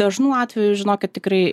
dažnu atveju žinokit tikrai